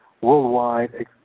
worldwide